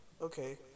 Okay